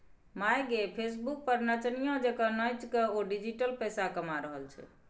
माय गे फेसबुक पर नचनिया जेंका नाचिकए ओ डिजिटल पैसा कमा रहल छै